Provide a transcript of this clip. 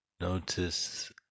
notice